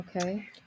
Okay